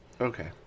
Okay